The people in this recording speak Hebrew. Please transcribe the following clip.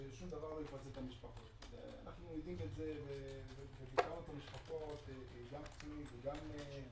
שום דבר לא יפצה את המשפחות ולא רק המשפחות זה גם פצועים וגם ---.